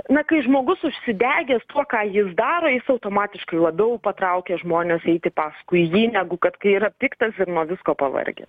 na kai žmogus užsidegęs tuo ką jis daro jis automatiškai labiau patraukia žmones eiti paskui jį negu kad kai yra piktas ir nuo visko pavargęs